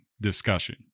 discussion